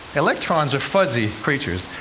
electrons are fuzzy creatures,